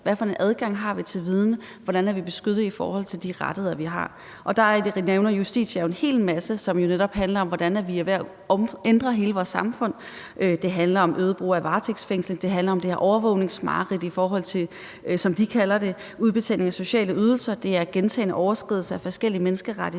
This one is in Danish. for en adgang vi har til viden, og hvordan vi er beskyttet med de rettigheder, vi har? Der nævner Justitia en hel masse, som netop handler om, hvordan vi er ved at ændre hele vores samfund. Det handler om øget brug af varetægtsfængsling. Det handler om det her overvågningsmareridt – som de kalder det – i forhold til udbetaling af sociale ydelser. Det er gentagne overskridelser af forskellige menneskerettigheder